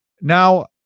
Now